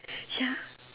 ya